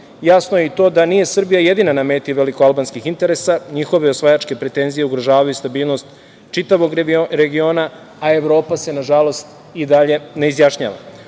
jasno je i to da nije Srbija jedina na meti velikoalbanskih interesa, njihove osvajačke pretenzije ugrožavaju stabilnost čitavog regiona, a evo i Evropa se nažalost i dalje ne izjašnjava. Dodatak